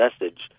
message